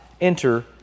enter